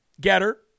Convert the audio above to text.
Getter